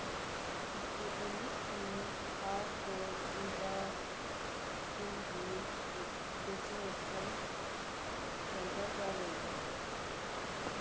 ꯏꯁꯄꯨꯇꯅꯤꯛꯀꯤ first dose ꯄꯤꯕ ꯐ꯭ꯔꯤꯒꯤ vaccination ꯁꯦꯟꯇꯔꯒ ꯂꯩꯕ꯭ꯔꯥ